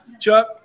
Chuck